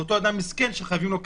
ואותו אדם מסכן שחייבים לו כסף.